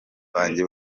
banjye